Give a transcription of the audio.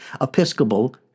Episcopal